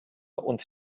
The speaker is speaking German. und